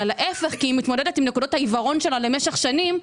אלא כי היא מתמודדת עם נקודות עיוורון שהיו לה במשך שנים,